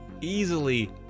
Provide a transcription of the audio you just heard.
Easily